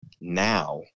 now